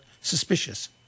suspicious